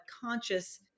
conscious